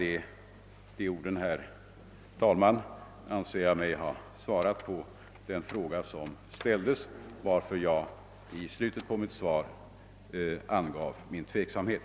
Med dessa ord anser jag mig ha svarat på den framställda frågan varför jag i slutet av mitt svar anmälde en viss tveksamhet.